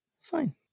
Fine